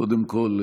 קודם כול,